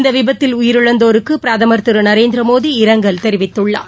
இந்த விபத்தில் உயிரிழந்தோருக்கு பிரதமர் திரு நரேந்திரமோடி இரங்கல் தெரிவித்துள்ளார்